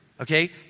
Okay